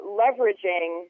leveraging